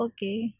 Okay